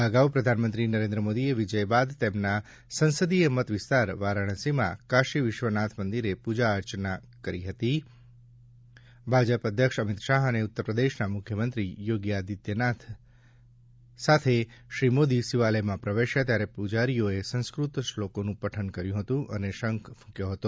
આ અગાઉ પ્રધાનમંત્રી નરેન્દ્ર મોદીએ વિજય બાદ તેમના સંસદિય મતવિસ્તાર વારાણસીમાં કાશી વિશ્વનાથ મંદિરે પૂજાઅર્ચના કરી હતી ભાજપ અધ્યક્ષ અમિત શાહ અને ઉત્તરપ્રદેશના મુખ્યમંત્રી યોગી આદિત્નાથ સાથે શ્રી મોદી શિવાલયમાં પ્રવેશ્યા ત્યારે પૂજારીઓએ સંસ્કૃત શ્લોકોનું પઠન કરીને શંખ ફૂંક્યો હતો